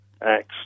acts